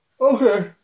Okay